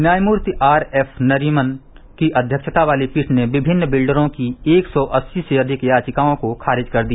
न्यायमूर्ति R F Nariman की अध्यक्षता वाली पीठ ने विमिन्न बिल्डरों की एक सौ अस्सी से अधिक याघिकाओं को खारिज कर दिया